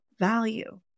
value